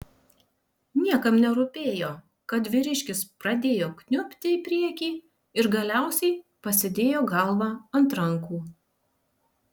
niekam nerūpėjo kad vyriškis pradėjo kniubti į priekį ir galiausiai pasidėjo galvą ant rankų